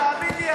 הצטרפת לדיון.